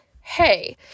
hey